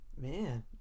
Man